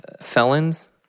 felons